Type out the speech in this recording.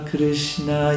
Krishna